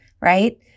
Right